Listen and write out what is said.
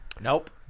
Nope